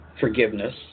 forgiveness